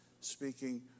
speaking